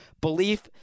belief